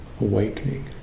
awakening